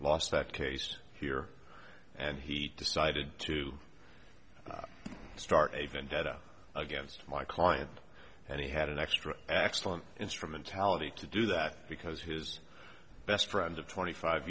lost that case here and he decided to start a vendetta against my client and he had an extra excellent instrumentality to do that because his best friend of twenty five